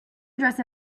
dressed